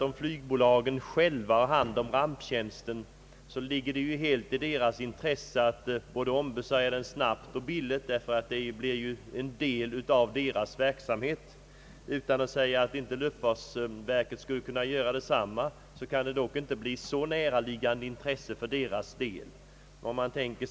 Om flygbolagen själva har hand om ramptjänsten, ligger det självfallet i deras eget intresse att ombesörja den snabbt och billigt, eftersom ramptjänsten blir en del av deras verksamhet. Utan att säga att inte luftfartsverket skulle kunna göra detsamma, vill jag dock påstå, att det för verkets del inte kan bli ett så näraliggande intresse.